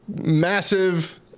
massive